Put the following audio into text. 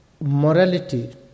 morality